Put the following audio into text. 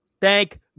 Thank